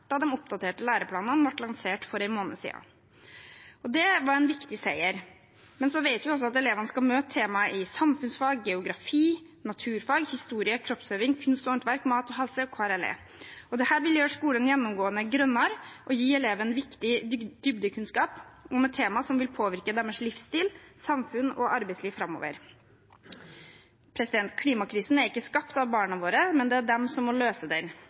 da de oppdaterte læreplanene ble lansert for en måned siden. Det var en viktig seier. Så vet vi at elevene også skal møte temaet i samfunnsfag, geografi, naturfag, historie, kroppsøving, kunst og håndverk, mat og helse og KRLE. Dette vil gjøre skolen gjennomgående grønnere og gi elevene viktig dybdekunnskap om et tema som vil påvirke deres livsstil, samfunn og arbeidsliv framover. Klimakrisen er ikke skapt av barna våre, men det er de som må løse den.